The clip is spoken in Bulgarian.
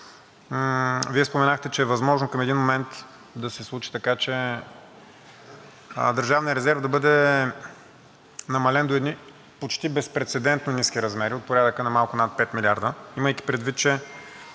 Вие споменахте, че е възможно към един момент да се случи така, че държавният резерв да бъде намален до едни почти безпрецедентно ниски размери от порядъка на малко над 5 милиарда, имайки предвид, че